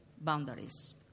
boundaries